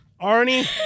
Arnie